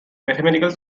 mathematical